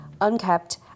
unkept